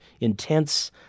intense